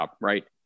Right